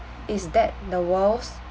is that the world's